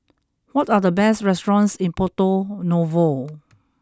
what are the best restaurants in Porto Novo